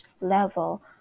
level